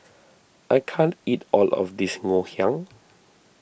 I can't eat all of this Ngoh Hiang